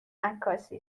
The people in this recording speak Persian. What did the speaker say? عکاسی